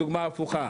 דוגמה הפוכה,